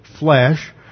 Flesh